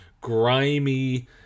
grimy